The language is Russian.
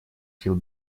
сил